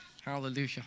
Hallelujah